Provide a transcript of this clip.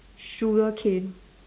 sugar cane